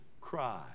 cry